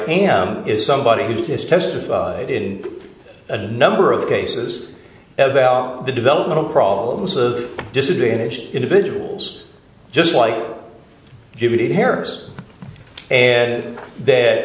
am is somebody who just testified in a number of cases about the developmental problems of disadvantaged individuals just like give it harris and th